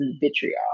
vitriol